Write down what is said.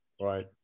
Right